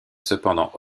cependant